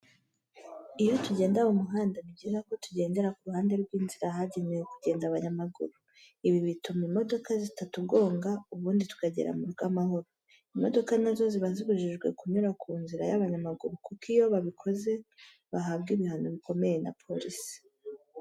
Iyo tugenda mu muhanda, ni byiza ko tugendera ku ruhande rw’inzira ahagenewe kugenda abanyamaguru, ibi bituma imodoka zitatugonga ubundi tukagera mu rugo amahoro. Imodoka na zo ziba zibujijwe kunyura ku nzira y'abanyamaguru kuko iyo babikoze bahabwa ibihano bikomeye na polisi.